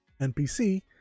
npc